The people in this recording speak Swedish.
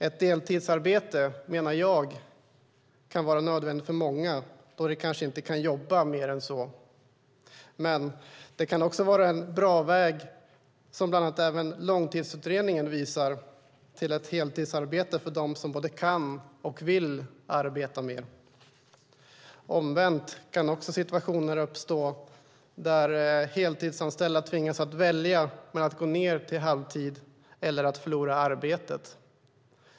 Ett deltidsarbete, menar jag, kan vara nödvändigt för många, då de kanske inte kan jobba mer än så. Men det kan också vara en bra väg, vilket bland annat Långtidsutredningen också visar, till ett heltidsarbete för dem som både kan och vill arbeta mer. Omvänt kan också situationer uppstå där heltidsanställda tvingas välja mellan att gå ned till halvtid eller att förlora arbetet.